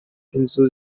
inzu